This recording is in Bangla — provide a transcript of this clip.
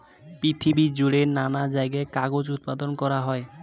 পৃথিবী জুড়ে নানা জায়গায় কাগজ উৎপাদন করা হয়